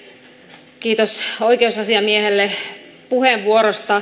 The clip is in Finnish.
kiitos oikeusasiamiehelle puheenvuorosta